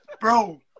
bro